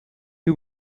who